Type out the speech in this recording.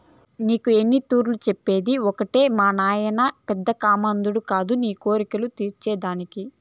నీకు ఎన్నితూర్లు చెప్పినా ఒకటే మానాయనేమి పెద్ద కామందు కాదు నీ కోర్కెలు తీర్చే దానికి